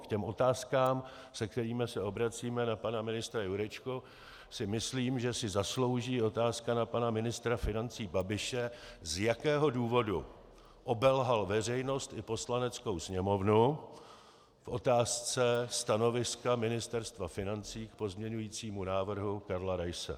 K těm otázkám, se kterými se obracíme na pana ministra Jurečku, si myslím, že si zaslouží otázka na pana ministra financí Babiše, z jakého důvodu obelhal veřejnost i Poslaneckou sněmovnu v otázce stanoviska Ministerstva financí k pozměňovacímu návrhu Karla Raise.